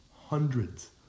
Hundreds